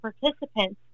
participants